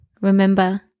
Remember